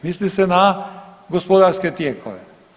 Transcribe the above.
Misli se na gospodarske tijekove.